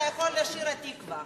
אתה יכול לשיר "התקווה".